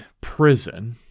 prison